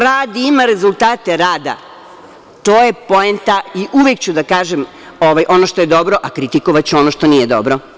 Radi i ima rezultate rada, to je poenta i uvek ću da kažem ono što je dobro, a kritikovaću ono što nije dobro.